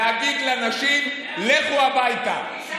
להגיד לנשים: לכו הביתה,